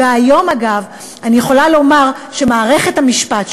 והיום אני יכולה לומר שמערכת המשפט,